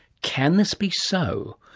can this be so?